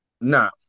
No